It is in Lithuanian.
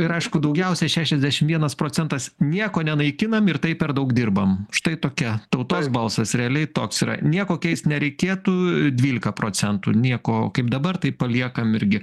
ir aišku daugiausiai šešiasdešim vienas procentas nieko nenaikinam ir taip per daug dirbam štai tokia tautos balsas realiai toks yra nieko keist nereikėtų dvylika procentų nieko kaip dabar taip paliekam irgi